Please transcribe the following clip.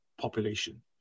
population